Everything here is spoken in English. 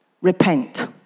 Repent